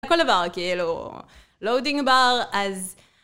כל דבר, כאילו, לואודינג בר, אז...